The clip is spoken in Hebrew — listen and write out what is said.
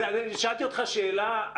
אני שאלתי אותך שאלה,